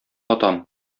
атам